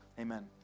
amen